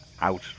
out